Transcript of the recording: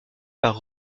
par